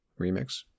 remix